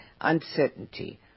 uncertainty